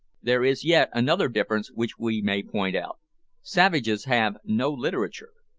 there is yet another difference which we may point out savages have no literature.